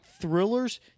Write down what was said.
thrillers